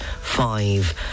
five